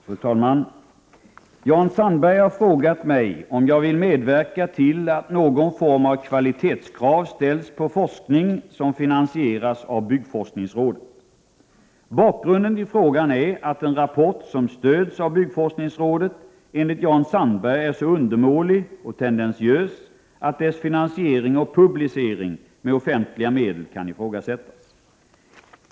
Fru talman! Jan Sandberg har frågat mig om jag vill medverka till att någon form av kvalitetskrav ställs på forskning som finansieras av byggforskningsrådet. Bakgrunden till frågan är att en rapport som stöds av byggforskningsrådet enligt Jan Sandberg är så undermålig och tendentiös att dess finansiering och publicering med offentliga medel kan ifrågasättas.